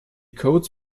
codes